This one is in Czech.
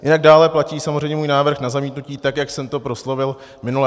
Jinak dále platí samozřejmě můj návrh na zamítnutí, tak jak jsem to proslovil minule.